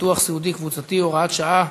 ביטוח סיעודי קבוצתי) (הוראת שעה),